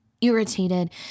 irritated